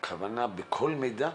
הכוונה לכל מידע?